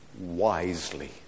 wisely